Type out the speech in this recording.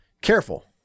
Careful